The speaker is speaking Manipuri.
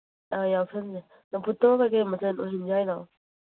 ꯑ ꯌꯥꯎꯁꯤꯟꯁꯦ ꯆꯝꯐꯨꯠꯇꯣ ꯀꯩꯀꯩ ꯃꯆꯟ ꯑꯣꯏꯍꯟꯁꯦ ꯍꯥꯏꯅꯣ